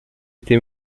été